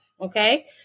okay